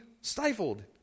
stifled